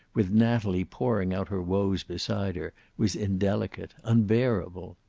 with natalie pouring out her woes beside her, was indelicate, unbearable.